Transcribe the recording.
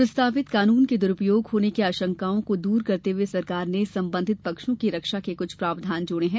प्रस्तावित कानून के दुरुपयोग होने की आशंकाओं को दूर करते हुए सरकार ने संबंधित पक्षों की रक्षा के कुछ प्रावधान जोड़े हैं